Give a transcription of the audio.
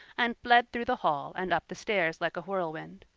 and fled through the hall and up the stairs like a whirlwind.